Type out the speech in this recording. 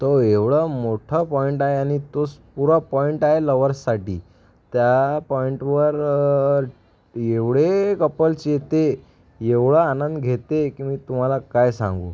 तो एवढा मोठा पॉइंट आहे आणि तो पुरा पॉइंट आहे लव्हर्ससाठी त्या पॉइंटवर एवढे कपल्स येते एवढा आनंद घेते की मी तुम्हाला काय सांगू